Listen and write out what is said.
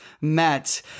met